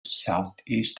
southeast